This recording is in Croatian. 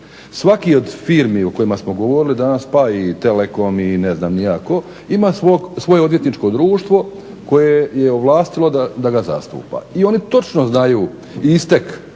Svaki od firmi o kojima smo govorili danas, pa i Telekom i ne znam ni ja tko, ima svoje odvjetničko društvo koje je ovlastilo da ga zastupa i oni točno znaju istek,